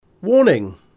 Warning